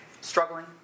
struggling